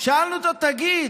שאלנו אותו: תגיד,